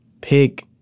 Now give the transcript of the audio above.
pick